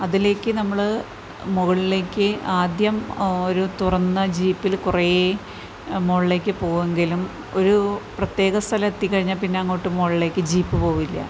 അതിലേക്ക് നമ്മൾ മുകളിലേക്ക് ആദ്യം ഒരു തുറന്ന ജീപ്പിൽ കുറേ മുകളിലേക്ക് പോവുമെങ്കിലും ഒരു പ്രത്യേക സ്ഥലം എത്തിക്കഴിഞ്ഞാൽ പിന്നെ അങ്ങോട്ട് മുകളിലേക്ക് ജീപ്പ് പോവില്ല